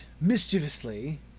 mischievously